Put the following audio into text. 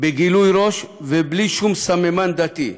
בגילוי ראש ובלי שום סממן דתי,